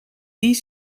die